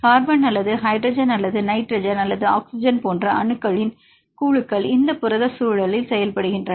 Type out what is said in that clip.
carbon அல்லது hydrogen அல்லது nitrogen அல்லது ஆக்ஸிஜன் போன்ற அணுக்களின் குழுக்கள் இந்த புரத சூழலில் செயல்படுகின்றன